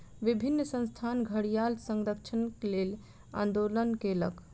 विभिन्न संस्थान घड़ियाल संरक्षणक लेल आंदोलन कयलक